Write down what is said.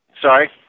Sorry